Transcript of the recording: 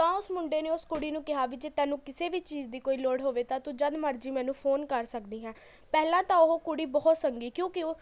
ਤਾਂ ਓਸ ਮੁੰਡੇ ਨੇ ਓਸ ਕੁੜੀ ਨੂੰ ਕਿਹਾ ਵੀ ਜੇ ਤੈਨੂੰ ਕਿਸੇ ਵੀ ਚੀਜ਼ ਦੀ ਕੋਈ ਲੋੜ ਹੋਵੇ ਤਾਂ ਤੂੰ ਜਦ ਮਰਜ਼ੀ ਮੈਨੂੰ ਫੋਨ ਕਰ ਸਕਦੀ ਹੈ ਪਹਿਲਾਂ ਤਾਂ ਓਹ ਕੁੜੀ ਬਹੁਤ ਸੰਗੀ ਕਿਉਂਕਿ ਉਹ